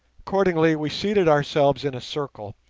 accordingly we seated ourselves in a circle,